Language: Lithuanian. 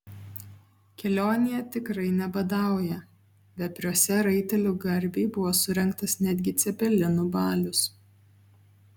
kelionėje tikrai nebadauja vepriuose raitelių garbei buvo surengtas netgi cepelinų balius